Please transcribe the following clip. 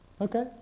Okay